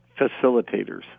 facilitators